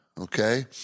Okay